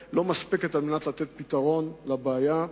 בהם לא מספיקים כדי לתת פתרון לבעיה.